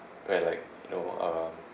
we're like you know uh